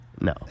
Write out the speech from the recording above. No